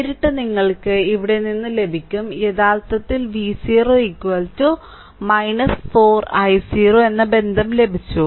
നേരിട്ട് നിങ്ങൾക്ക് ഇവിടെ നിന്ന് ലഭിക്കും യഥാർത്ഥത്തിൽ V0 4 i0 എന്ന ബന്ധം ലഭിച്ചു